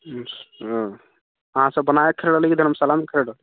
अहाँसब बनाकऽ खाइ रहली की धर्मशालामे खाइ रहली